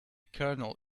kernel